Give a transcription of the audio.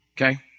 Okay